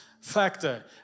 factor